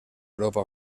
europa